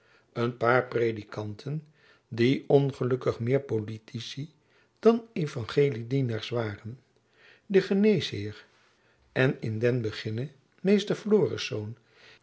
een paar predikanten die ongelukkig meer politici dan evangeliedienaars waren den geneesheer en in den beginne meester florisz